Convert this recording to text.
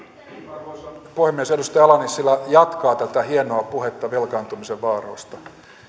arvoisa puhemies edustaja ala nissilä jatkaa tätä hienoa puhetta velkaantumisen vaaroista